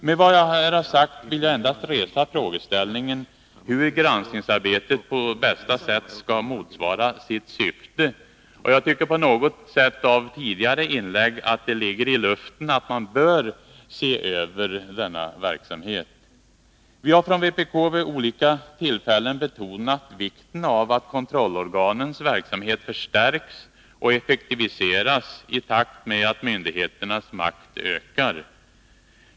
Med vad jag här har sagt vill jag endast resa frågan, hur granskningsarbetet på bästa sätt skall motsvara sitt syfte. Efter tidigare inlägg tycker jag att det på något sätt ligger i luften att denna verksamhet bör ses över. Vi har från vpk vid olika tillfällen betonat vikten av att kontrollorganens verksamhet förstärks och effektiviseras i takt med att myndigheternas makt ökar.